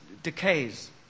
Decays